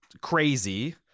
crazy